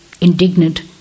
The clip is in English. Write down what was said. indignant